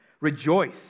Rejoice